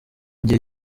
gihe